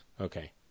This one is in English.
Okay